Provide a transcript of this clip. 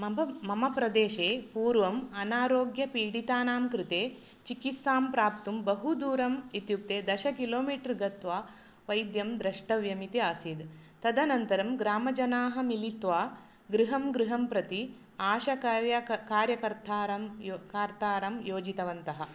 मम मम प्रदेशे पूर्वम् अनारोग्यपीडितानां कृते चिकित्सां प्राप्तुं बहु दूरम् इत्युक्ते दशकिलोमीटर् गत्वा वैद्यं द्रष्टव्यम् इति आसीत् तदनन्तरं ग्रामजनाः मिलित्वा गृहं गृहं प्रति आशकार्या कार्यकर्तारन् कर्तारं योजितवन्तः